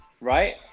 right